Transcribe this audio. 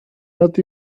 not